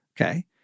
Okay